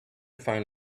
find